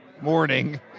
morning